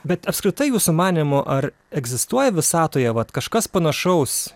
bet apskritai jūsų manymu ar egzistuoja visatoje vat kažkas panašaus